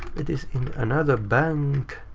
it is in another bank.